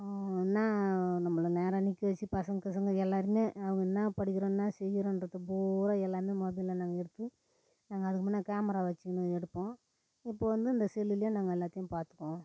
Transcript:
என்ன நம்மளை நேராக நிற்க வச்சி பசங்க கிசங்க எல்லாருமே நம்ம என்ன படிக்கிறோம் என்ன செய்யறோன்றது பூரா எல்லாமே முதல்ல நாங்கள் எடுத்து நாங்கள் அதுக்கு முன்னே கேமரா வச்சிக்கின்னு எடுப்போம் இப்போ வந்து இந்த செல்லுல நாங்கள் எல்லாத்தையும் பார்த்துக்குவோம்